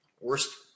worst